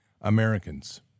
Americans